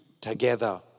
together